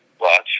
watch